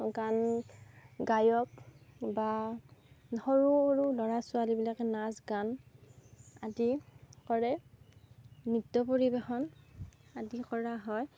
গান গায়ক বা সৰু সৰু ল'ৰা ছোৱালীবিলাকে নাচ গান আদি কৰে নৃত্য পৰিৱেশন আদি কৰা হয়